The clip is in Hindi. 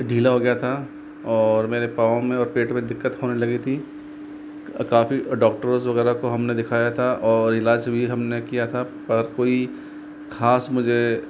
ढीला हो गया था और मेरे पाँव में और पेट में दिक्कत होने लगी थी काफ़ी डॉक्टरोज़ वगैरह को हमने दिखाया था और इलाज भी हमने किया था पर कोई खास मुझे